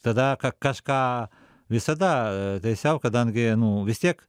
tada ka kažką visada taisiau kadangi nu vis tiek